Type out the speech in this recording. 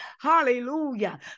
Hallelujah